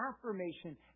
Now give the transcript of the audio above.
affirmation